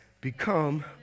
Become